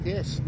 Yes